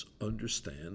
understand